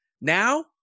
Now